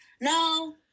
no